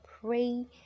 pray